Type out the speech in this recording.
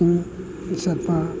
ꯋꯥꯛꯀꯤꯡ ꯆꯠꯄ